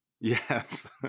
yes